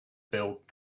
build